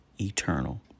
eternal